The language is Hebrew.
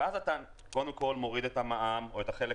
ואתה קודם כול מוריד את המע"מ או את החלק